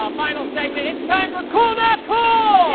ah final segment it's time for cool not cool.